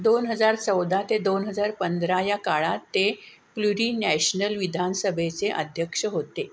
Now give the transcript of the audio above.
दोन हजार चौदा ते दोन हजार पंधरा या काळात ते प्लुरीनॅशनल विधानसभेचे अध्यक्ष होते